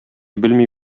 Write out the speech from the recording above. белми